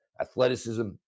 athleticism